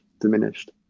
diminished